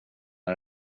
när